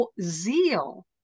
zeal